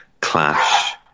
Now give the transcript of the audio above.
Clash